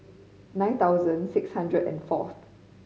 nine thousand six hundred and four